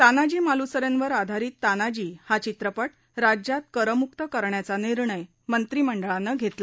तानाजी मालुसरेंवर आधारित तानाजी हा चित्रपट राज्यात करमुक्त करण्याचा निर्णय मंत्रिमंडळानं घेतला